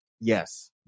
Yes